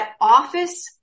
office